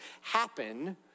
happen